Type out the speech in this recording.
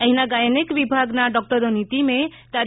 અહીના gynaec વિભાગના ડોકટરોની ટીમે તા